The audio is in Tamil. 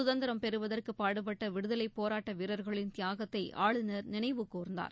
சுதந்திரம் பெறுவதற்கு பாடுபட்ட விடுதலை போராட்ட வீரர்களின் தியாகத்தை ஆளுநர் நினைவு கூர்ந்தார்